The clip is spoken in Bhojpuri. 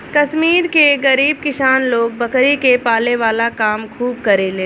कश्मीर के गरीब किसान लोग बकरी के पाले वाला काम खूब करेलेन